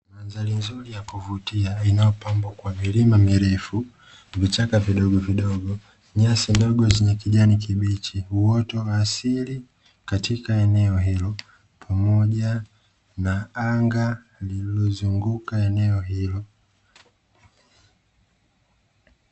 Mandhari nzuri ya kuvutia, inayopambwa kwa milima mirefu, vichaka vidogovidogo, nyasi ndogo zenye kijani kibichi, uoto wa asili katika eneo hilo pamoja na anga lililozunguka eneo hilo.